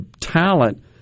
talent